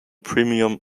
premium